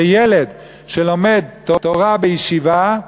שילד שלומד תורה בישיבה,